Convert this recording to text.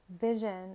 vision